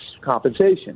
compensation